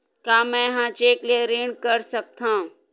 का मैं ह चेक ले ऋण कर सकथव?